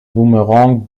boomerang